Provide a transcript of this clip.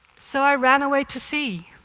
so i ran away to sea.